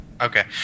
Okay